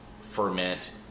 ferment